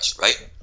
right